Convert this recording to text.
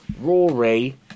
Rory